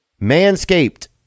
Manscaped